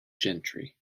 gentry